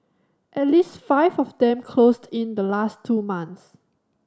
at least five of them closed in the last two months